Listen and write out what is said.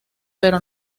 pero